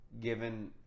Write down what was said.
Given